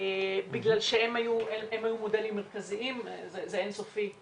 בגלל שהם היו מודלים מרכזיים אבל זה אין סופי.